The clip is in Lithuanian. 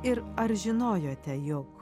ir ar žinojote jog